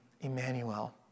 Emmanuel